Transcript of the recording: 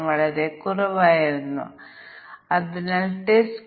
ഇനി നമുക്ക് ചില ഉദാഹരണം എടുക്കാം